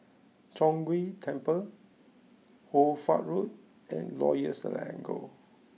Chong Ghee Temple Hoy Fatt Road and Royal Selangor